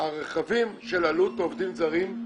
הרחבים של עלות עובדים זרים.